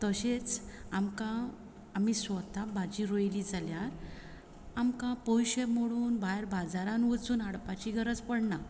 तशेंच आमकां आमी स्वता भाजी रोयली जाल्यार आमकां पयशे मोडून भायर बाजारान वचून हाडपाची गरज पडना